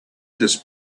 this